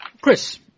Chris